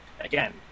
again